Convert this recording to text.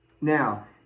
Now